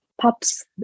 pops